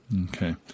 Okay